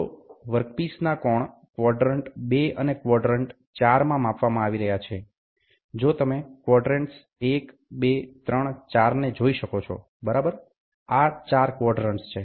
જો વર્કપીસના કોણ ક્વોડ્રેંટ 2 અને ક્વોડ્રેંટ 4માં માપવામાં આવી રહ્યાં છે જો તમે ક્વોડ્રેન્ટ્સ 1 2 3 અને 4ને જોઇ શકો છો બરાબર આ ચાર ક્વોડ્રેન્ટ્સ છે